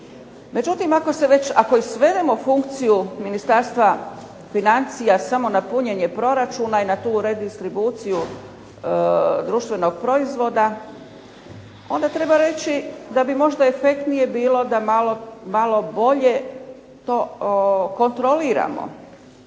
Međutim ako već i svedemo funkciju Ministarstva financija samo na punjenje proračuna i tu redistribuciju društvenog proizvoda, onda treba reći da bi možda efektnije bilo da malo bolje to kontroliramo